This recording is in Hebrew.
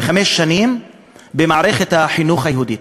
בתוך חמש שנים במערכת החינוך היהודית.